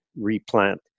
replant